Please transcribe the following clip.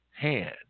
Hand